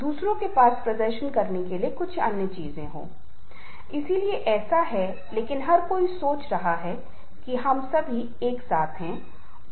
तो यह भी एक नेता या एक व्यक्ति को यह समझना चाहिए कि यदि आप उस व्यक्ति की सराहना कर रहे हैं तो कैसे किस तरह की भाषा और किस तरह की स्थिति में यह अधिक प्रभावी होगा